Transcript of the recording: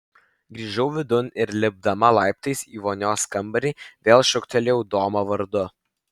grįžau vidun ir lipdama laiptais į vonios kambarį vėl šūktelėjau domą vardu